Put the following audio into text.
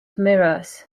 mirrors